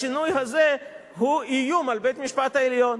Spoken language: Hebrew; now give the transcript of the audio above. השינוי הזה הוא איום על בית-המשפט העליון,